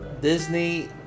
Disney